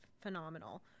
phenomenal